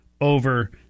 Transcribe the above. over